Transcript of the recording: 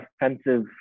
offensive